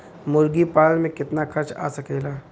मुर्गी पालन में कितना खर्च आ सकेला?